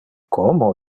como